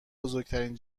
بزرگترین